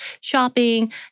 shopping